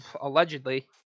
Allegedly